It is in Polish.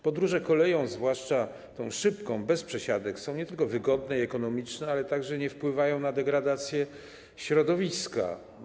Podróże koleją, zwłaszcza tą szybką, bez przesiadek, są nie tylko wygodne i ekonomiczne, ale także nie wpływają na degradację środowiska.